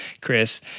Chris